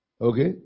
Okay